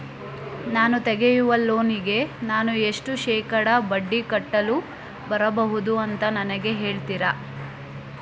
ನಾನು ತೆಗಿಯುವ ಲೋನಿಗೆ ನಾನು ಎಷ್ಟು ಶೇಕಡಾ ಬಡ್ಡಿ ಕಟ್ಟಲು ಬರ್ಬಹುದು ಅಂತ ನನಗೆ ಹೇಳ್ತೀರಾ?